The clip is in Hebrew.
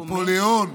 נפוליאון